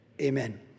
amen